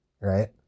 right